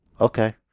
okay